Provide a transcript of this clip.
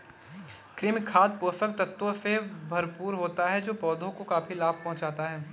कृमि खाद पोषक तत्वों से भरपूर होता है जो पौधों को काफी लाभ पहुँचाता है